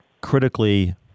critically